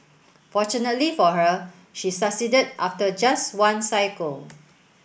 fortunately for her she succeeded after just one cycle